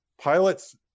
Pilots